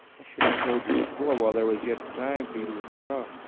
i should have told you before, while there was yet time for you to withdraw.